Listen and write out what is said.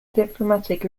diplomatic